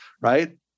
right